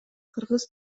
кыргыз